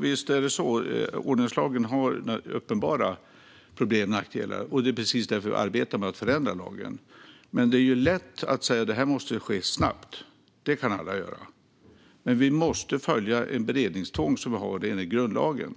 Fru talman! Det stämmer att ordningslagen har uppenbara nackdelar, och det är precis därför vi arbetar med att förändra lagen. Det är lätt att säga att det måste ske snabbt; det kan alla göra. Men vi måste följa det beredningstvång vi har enligt grundlagen.